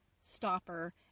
stopper